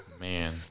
Man